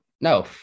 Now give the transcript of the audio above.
No